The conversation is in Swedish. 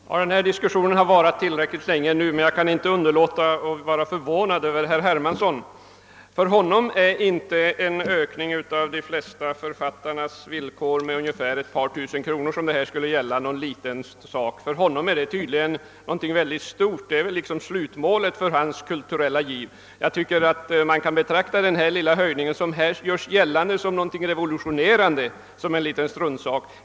Herr talman! Denna diskussion har varat tillräckligt länge nu, men jag kan inte underlåta att uttrycka min förvåning över herr Hermansson. För honom är inte en ökning av de flesta författarnas villkor med ungefär ett par tusen kronor, som det här skulle gälla, någon liten sak. För honom är det tydligen något mycket stort. Det är liksom slutmålet för hans kulturella giv. Jag tycker inte att man kan betrakta denna lilla höjning som någonting så revolutionerande som här görs gällande.